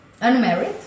unmarried